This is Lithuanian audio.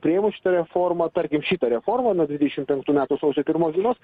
priėmus šitą reformą tarkim šitą reformą nuo dvidešimt penktų metų sausio pirmos dienos